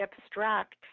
abstract